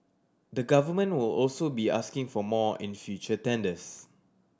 the Government will also be asking for more in future tenders